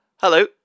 Hello